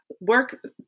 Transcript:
Work